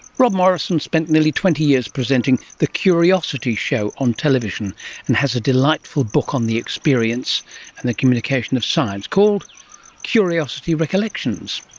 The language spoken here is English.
rob morrison spent nearly twenty years presenting the curiosity show on television and has a delightful book on the experience and the communication of science called curiosity recollections.